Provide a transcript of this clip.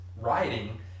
writing